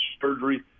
surgery